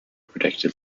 predicted